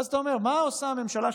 ואז אתה אומר: מה עושה הממשלה,